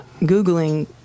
Googling